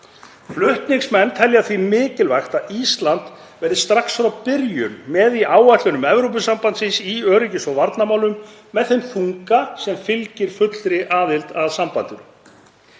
Flutningsmenn telja því mikilvægt að Ísland verði strax frá byrjun með í áætlunum Evrópusambandsins í öryggis- og varnarmálum með þeim þunga sem fylgir fullri aðild að sambandinu.